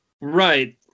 Right